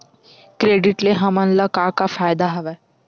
Credit ले हमन का का फ़ायदा हवय?